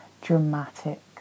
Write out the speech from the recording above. dramatic